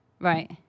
Right